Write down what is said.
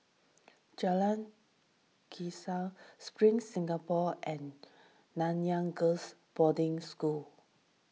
Jalan Spring Singapore and Nanyang Girls' Boarding School